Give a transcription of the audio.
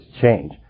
change